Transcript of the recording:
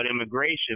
immigration